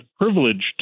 privileged